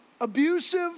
abusive